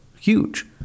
huge